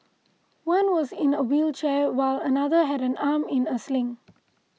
one was in a wheelchair while another had an arm in a sling